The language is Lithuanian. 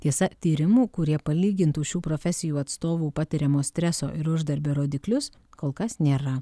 tiesa tyrimų kurie palygintų šių profesijų atstovų patiriamo streso ir uždarbio rodiklius kol kas nėra